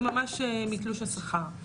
זה ממש מתלוש השכר.